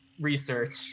research